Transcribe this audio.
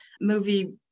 movie